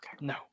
No